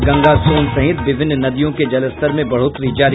और गंगा सोन सहित विभिन्न नदियों के जलस्तर में बढ़ोतरी जारी